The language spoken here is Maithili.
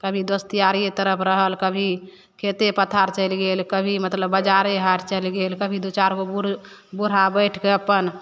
कभी दोस्तयारिए तरफ रहल कभी खेते पथार चलि गेल कभी मतलब बजारे हाट चलि गेल कभी दुइ चारि गो बूढ़ बूढ़ा बैठिके अपन